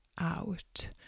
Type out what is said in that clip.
out